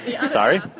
Sorry